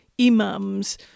imams